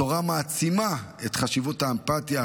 התורה מעצימה את חשיבות האמפתיה,